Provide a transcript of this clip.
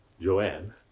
Joanne